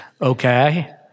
okay